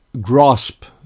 grasp